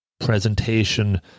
presentation